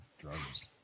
drugs